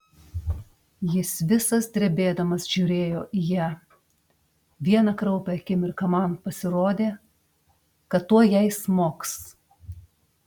jis visas drebėdamas žiūrėjo į ją vieną kraupią akimirką man pasirodė kad tuoj jai smogs